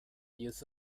use